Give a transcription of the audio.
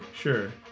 Sure